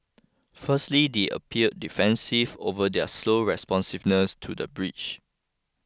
firstly they appeared defensive over their slow responsiveness to the breach